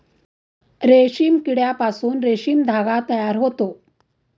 रेशीम किड्यापासून रेशीम धागा तयार होतो